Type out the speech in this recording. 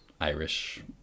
Irish